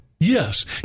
Yes